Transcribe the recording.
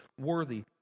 worthy